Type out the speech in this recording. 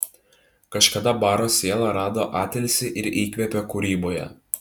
kažkada baro siela rado atilsį ir įkvėpį kūryboje